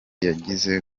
yageze